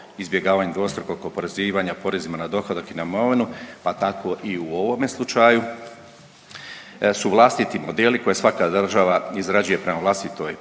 izbjegavanju dvostrukog oporezivanja porezima na dohodak i na imovinu, pa tako i u ovome slučaju su vlastiti modeli koje svaka država izrađuje prema vlastitoj